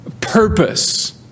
Purpose